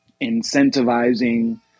incentivizing